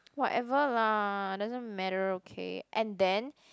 whatever lah doesn't matter okay and then